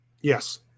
Yes